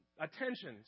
attention